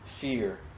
fear